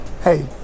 hey